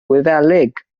wyddeleg